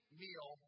meal